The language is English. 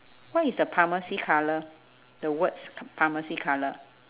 what is the pharmacy colour the words pharmacy colour